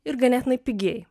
ir ganėtinai pigiai